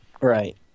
Right